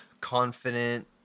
confident